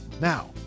Now